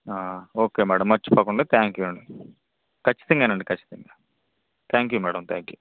okay మర్చిపోకుండా thank you అండి ఖచ్ఛితంగానండి ఖచ్చితంగా థ్యాంక్యూ మేడం థ్యాంక్యూ